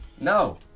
no